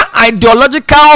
ideological